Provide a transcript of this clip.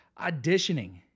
auditioning